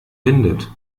windet